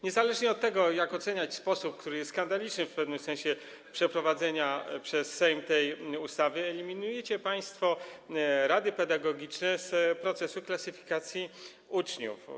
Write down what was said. Niezależnie od tego, jak oceniać sposób, który jest skandaliczny w pewnym sensie, przeprowadzenia przez Sejm tej ustawy, eliminujecie państwo rady pedagogiczne z procesu klasyfikacji uczniów.